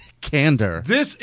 candor